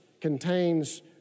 contains